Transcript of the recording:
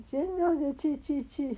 真去去去